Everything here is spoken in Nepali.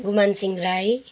गुमानसिङ राई